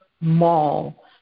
mall